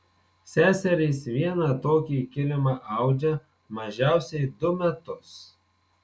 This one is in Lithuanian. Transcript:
seserys vieną tokį kilimą audžia mažiausiai du metus